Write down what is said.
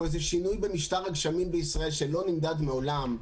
איזה שינוי במשטר הגשמים בישראל שלא נמדד מעולם.